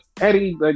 Eddie